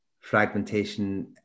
fragmentation